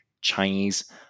Chinese